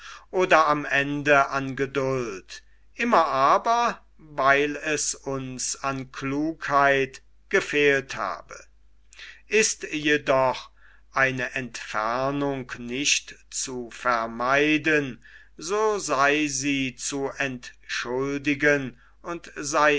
oder am ende an geduld immer aber weil es uns an klugheit gefehlt habe ist jedoch eine entfernung nicht zu vermeiden so sei sie zu entschuldigen und sei